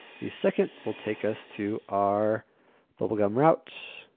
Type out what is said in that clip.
the second will take us to our bubblegum route.